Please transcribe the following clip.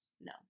no